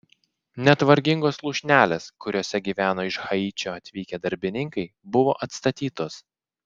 net vargingos lūšnelės kuriose gyveno iš haičio atvykę darbininkai buvo atstatytos